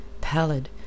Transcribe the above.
pallid